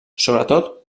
sobretot